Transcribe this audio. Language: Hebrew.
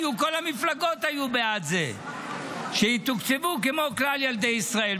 כל המפלגות היו בעד זה שיתוקצבו כמו כלל ילדי ישראל.